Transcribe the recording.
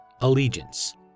Allegiance